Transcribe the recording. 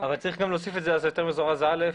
אבל צריך להוסיף היתר מזורז א'.